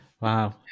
Wow